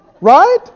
Right